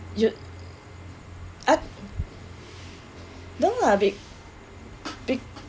you ah no lah be~ be~